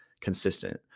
consistent